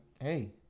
hey